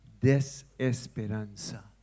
desesperanza